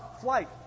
flight